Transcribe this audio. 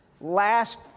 last